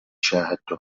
شاهدت